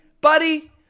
buddy